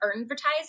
advertising